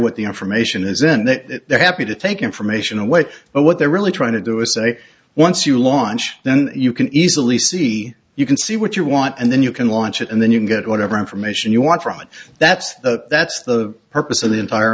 what the information is in that they're happy to take information away but what they're really trying to do is say once you launch then you can easily see you can see what you want and then you can launch it and then you can get whatever information you want from it that's the that's the purpose of the entire